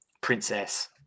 princess